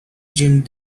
agent